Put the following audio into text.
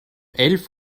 elf